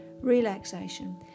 relaxation